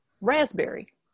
raspberry